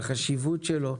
בחשיבות שלו,